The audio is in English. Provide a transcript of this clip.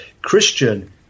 Christian